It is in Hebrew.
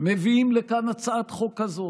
מביאים לכאן הצעת חוק כזאת,